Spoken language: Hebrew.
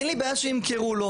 אין לי בעיה שימכרו לו,